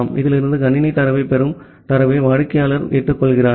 இதிலிருந்து கணினி தரவைப் பெறும் தரவை வாடிக்கையாளர் ஏற்றுக்கொள்கிறார்